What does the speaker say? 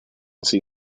see